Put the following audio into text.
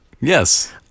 yes